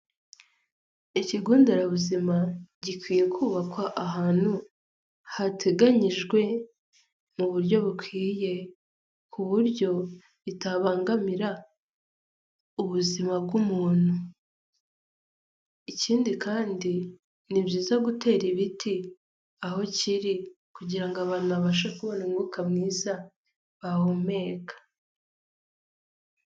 Ikigo nderabuzima gikwiye kubakwa ahantu hateganyijwe mu buryo bukwiye, ku buryo bitabangamira ubuzima bw'umuntu. Ikindi kandi ni byiza gutera ibiti aho kiri kugira ngo abantu babashe kubona umwuka mwiza bahumeka.